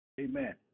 amen